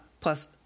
plus